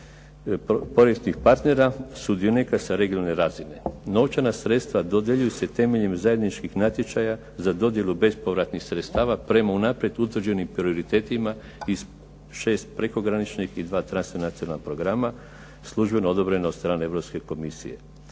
partnera sudionika sa regionalne razine. Novčana sredstva dodjeljuju se temeljem zajedničkih natječaja za dodjelu bespovratnih sredstava prema unaprijed utvrđenim prioritetima iz šest prekograničnih i dva transnacionalna programa službeno odobreno od strane Europske komisije.